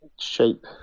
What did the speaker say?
shape